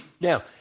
Now